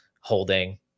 holding